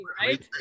right